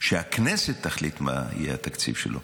שהכנסת תחליט מה יהיה התקציב שלו.